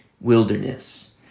wilderness